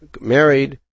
Married